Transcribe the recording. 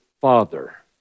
Father